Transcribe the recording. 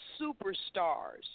superstars